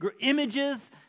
images